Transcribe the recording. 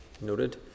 noted